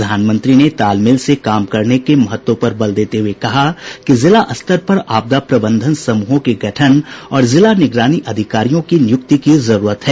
प्रधानमंत्री ने तालमेल से काम करने के महत्व पर बल देते हुए कहा कि जिला स्तर पर आपदा प्रबंधन समूहों के गठन और जिला निगरानी अधिकारियों की नियुक्ति की जरूरत है